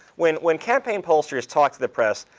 when when campaign pollsters talk to the press,